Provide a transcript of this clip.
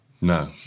No